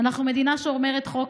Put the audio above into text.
אנחנו מדינה שומרת חוק,